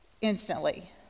instantly